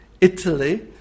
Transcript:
Italy